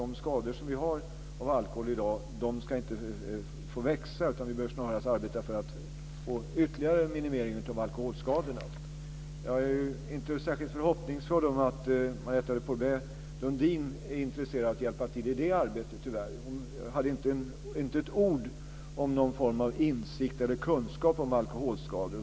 De skador som finns av alkohol i dag ska nämligen inte få växa, utan vi bör snarare arbeta för att få ytterligare en minimering av dessa skador. Jag är inte särskilt förhoppningsfull om att Marietta de Pourbaix-Lundin är intresserad av att hjälpa till i det avseendet, tyvärr. Hon hade inte ett ord om någon form av insikt i eller kunskap om alkoholskador.